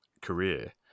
career